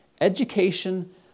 education